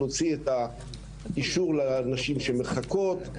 להוציא את האישור לנשים שמחכות.